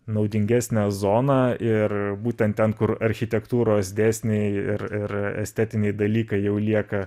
naudingesnę zoną ir būtent ten kur architektūros dėsniai ir ir estetiniai dalykai jau lieka